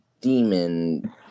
demon